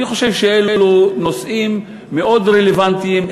אני חושב שאלה נושאים מאוד רלוונטיים,